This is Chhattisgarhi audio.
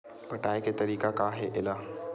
पटाय के तरीका का हे एला?